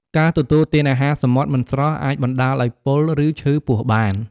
ការទទួលទានអាហារសមុទ្រមិនស្រស់អាចបណ្តាលឱ្យ ពុល ឬឈឺពោះបាន។